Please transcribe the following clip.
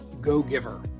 go-giver